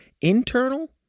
internal